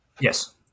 Yes